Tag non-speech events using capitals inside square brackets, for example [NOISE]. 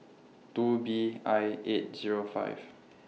two B I eight Zero five [NOISE]